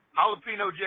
Jalapeno